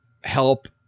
help